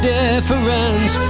difference